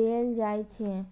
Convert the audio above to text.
देल जाइ छै